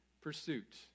pursuit